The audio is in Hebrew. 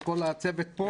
לכל הצוות פה,